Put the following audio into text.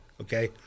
Okay